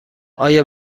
آیا